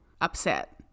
upset